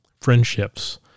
friendships